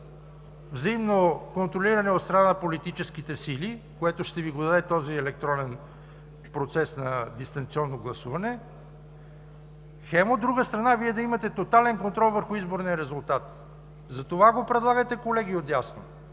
взаимно контролиране от страна на политическите сили, което ще Ви даде този електронен процес на дистанционно гласуване, хем, от друга страна, Вие да имате тотален контрол върху изборния резултат. Затова го предлагате, колеги от дясно,